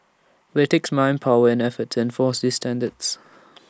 but IT takes manpower and effort to enforce these standards